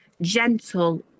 gentle